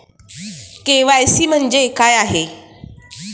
KYC म्हणजे काय आहे?